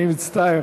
אני מצטער.